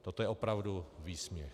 Toto je opravdu výsměch.